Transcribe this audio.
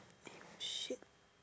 link sheet